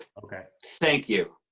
okay. thank you.